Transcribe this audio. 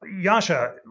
Yasha